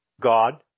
God